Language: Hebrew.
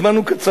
הזמן הוא קצר